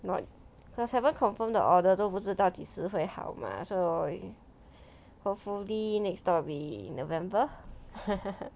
not cause haven't confirm the order 都不是到底是会好吗 so hopefully next stock will be november